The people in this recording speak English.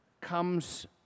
comes